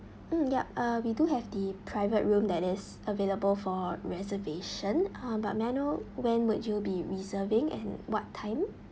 mm yup uh we do have the private room that is available for reservation uh but may I know when would you be reserving and what time